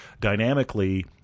Dynamically